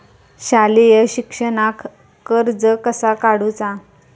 शालेय शिक्षणाक कर्ज कसा काढूचा?